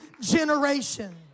generation